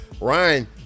Ryan